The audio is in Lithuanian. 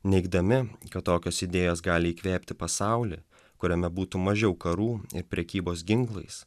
neigdami kad tokios idėjos gali įkvėpti pasaulį kuriame būtų mažiau karų ir prekybos ginklais